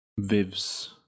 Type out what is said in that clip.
viv's